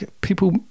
people